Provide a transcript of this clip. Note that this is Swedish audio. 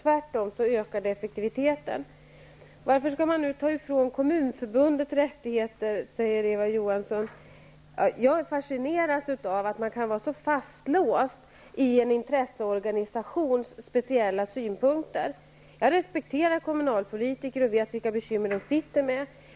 Det ökar tvärtom effektiviteten. Varför skall man nu ta ifrån Kommunförbundet rättigheter?, frågar Eva Johansson. Jag fascineras av att man kan vara så fastlåst i en intresseorganisations speciella synpunkter. Jag respekterar kommunalpolitiker och vet vilka bekymmer de sitter med.